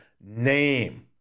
name